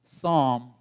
psalm